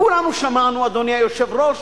כולנו שמענו, אדוני היושב-ראש,